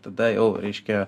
tada jau reiškia